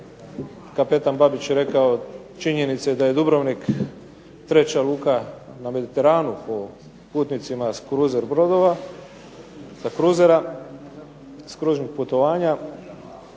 kapetan Babić rekao, činjenica je da je Dubrovnik treća luka na Mediteranu po putnicima s kruzer brodova,